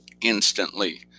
instantly